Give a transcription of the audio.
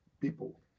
people